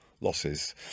losses